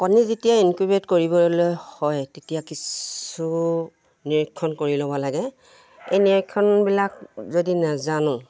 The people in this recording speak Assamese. কণী যেতিয়া ইনকিউবেট কৰিবলৈ হয় তেতিয়া কিছু নিৰীক্ষণ কৰি ল'ব লাগে এই নিৰীক্ষণবিলাক যদি নেজানোঁ